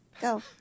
Go